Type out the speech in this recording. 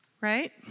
right